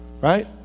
right